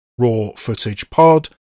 rawfootagepod